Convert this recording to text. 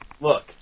Look